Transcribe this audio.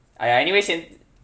!aiya! anyways xian~